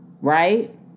right